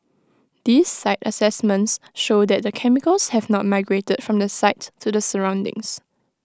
these site assessments show that the chemicals have not migrated from the site to the surroundings